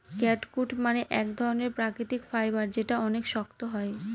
catgut মানে এক ধরনের প্রাকৃতিক ফাইবার যেটা অনেক শক্ত হয়